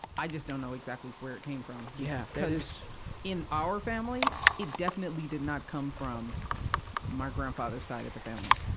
i just don't know exactly where it came from. yeah! in our family, it definitely did not come from my grandfather's side of the family.